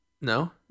No